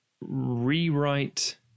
rewrite